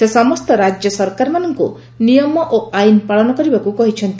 ସେ ସମସ୍ତ ରାଜ୍ୟ ସରକାରମାନଙ୍କୁ ନିୟମ ଓ ଆଇନ ପାଳନ କରିବାକୁ କହିଛନ୍ତି